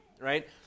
right